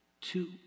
two